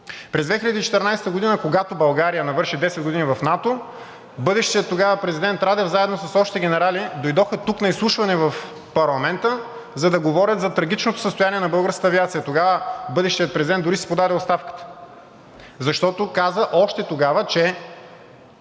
През 2014 г., когато България навърши 10 години в НАТО, бъдещият тогава президент Радев заедно с още генерали дойдоха тук на изслушване в парламента, за да говорят за трагичното състояние на българската авиация. Тогава бъдещият президент дори си подаде оставката, защото каза още тогава, че